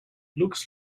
looks